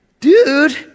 dude